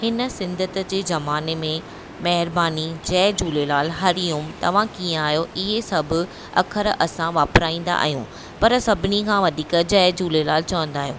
हिन सिंधियत जे ज़माने में महिरबानी जय झूलेलाल हरिओम तव्हां कीअं आहियो इहे सभु अखर असां वापराईंदा आहियूं पर सभिनी खां वधीक जय झूलेलाल चवंदा आहियूं